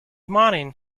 morning